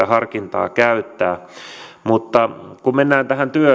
harkintaa käyttää mutta kun mennään